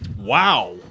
Wow